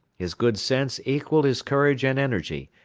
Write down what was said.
his good sense equalled his courage and energy,